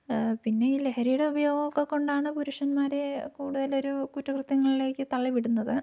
പിന്നെ ഈ ലഹരിയുടെ ഉപയോഗമൊക്കെക്കൊണ്ടാണ് പുരുഷൻമാരെ കൂടുതലൊരു കുറ്റകൃത്യങ്ങളിലേക്ക് തള്ളിവിടുന്നത്